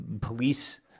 police